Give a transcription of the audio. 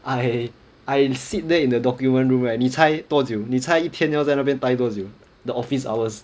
I I sit there in the document room right 你猜多久你猜一天要在那边待多久 the office hours